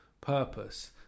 purpose